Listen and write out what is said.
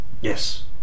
yes